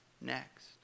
next